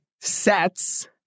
sets